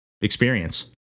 experience